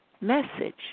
message